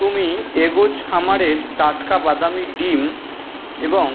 তুমি এগোজ খামারের টাটকা বাদামী ডিম এবং